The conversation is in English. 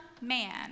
man